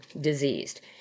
diseased